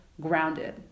grounded